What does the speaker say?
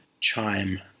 chime